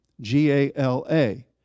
G-A-L-A